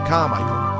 Carmichael